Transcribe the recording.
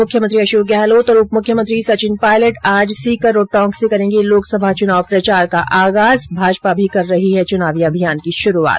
मुख्यमंत्री अशोक गहलोत और उप मुख्यमंत्री सचिन पायलट आज सीकर और टोंक से करेंगे लोकसभा चुनाव प्रचार का आगाज भाजपा भी कर रही है चुनावी अभियान की शुरूआत